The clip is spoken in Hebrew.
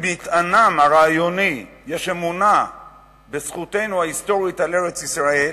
שבמטענם הרעיוני יש אמונה בזכותנו ההיסטורית על ארץ-ישראל,